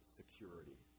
security